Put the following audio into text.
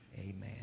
Amen